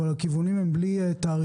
אבל הכיוונים הם בלי תאריכים,